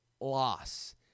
loss